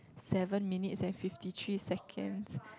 seven minutes and fifty three seconds